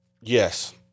yes